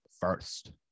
first